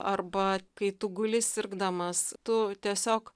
arba kai tu guli sirgdamas tu tiesiog